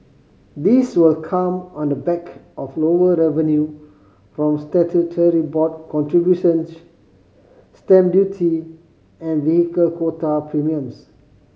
this will come on the back of lower revenue from statutory board contributions stamp duty and vehicle quota premiums